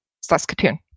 Saskatoon